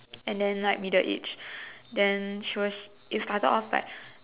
and then like middle age